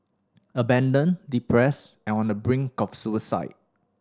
abandoned depressed and on the brink of suicide